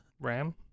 RAM